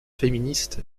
féministe